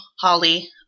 Holly